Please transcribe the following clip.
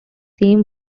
same